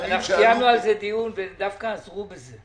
קיימנו על זה דיון והם דווקא עזרו בזה.